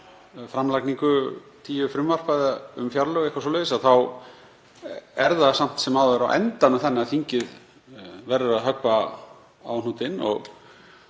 framlagningu tíu frumvarpa um fjárlög, eitthvað svoleiðis, þá er það samt sem áður á endanum þannig að þingið verður að höggva á hnútinn. Ég